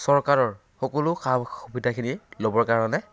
চৰকাৰৰ সকলো সা সুবিধাখিনি ল'বৰ কাৰণে